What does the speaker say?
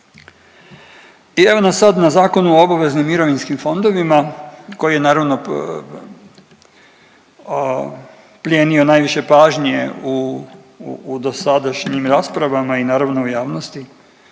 I evo nas sad na Zakonu o obaveznim mirovinskim fondovima koji je naravno plijenio najviše pažnje u dosadašnjim raspravama i naravno u javnosti